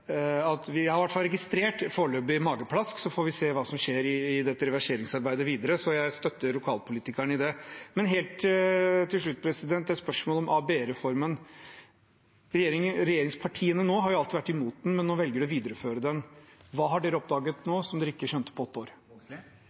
har i hvert fall registrert et foreløpig mageplask, og så får vi se hva som skjer i dette reverseringsarbeidet videre. Jeg støtter lokalpolitikerne i det. Helt til slutt et spørsmål om ABE-reformen: Regjeringspartiene nå har jo alltid vært imot den, men nå velger de å videreføre den. Hva har man oppdaget nå som man ikke skjønte på åtte år?